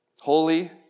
holy